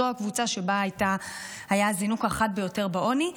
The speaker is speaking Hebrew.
זו הקבוצה שבה היה הזינוק החד ביותר בעוני.